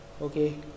Okay